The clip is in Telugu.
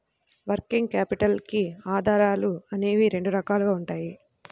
వర్కింగ్ క్యాపిటల్ కి ఆధారాలు అనేవి రెండు రకాలుగా ఉంటాయి